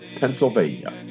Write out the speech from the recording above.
Pennsylvania